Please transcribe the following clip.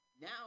now